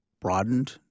broadened